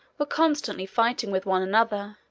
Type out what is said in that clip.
were constantly fighting with one another,